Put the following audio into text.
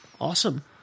Awesome